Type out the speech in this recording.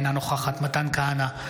אינה נוכחת מתן כהנא,